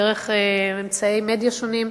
דרך אמצעי מדיה שונים,